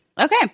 okay